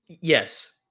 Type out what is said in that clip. Yes